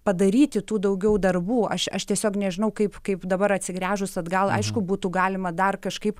padaryti tų daugiau darbų aš aš tiesiog nežinau kaip kaip dabar atsigręžus atgal aišku būtų galima dar kažkaip